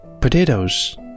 potatoes